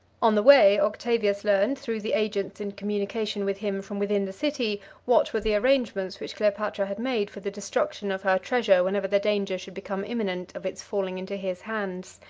on the way, octavius learned, through the agents in communication with him from within the city what were the arrangements which cleopatra had made for the destruction of her treasure whenever the danger should become imminent of its falling into his hands.